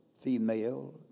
female